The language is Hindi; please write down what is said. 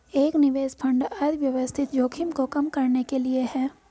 एक निवेश फंड अव्यवस्थित जोखिम को कम करने के लिए है